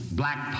black